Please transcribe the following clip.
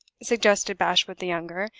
suggested bashwood the younger,